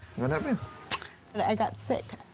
what happened? i got sick.